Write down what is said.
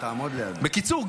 בקיצור,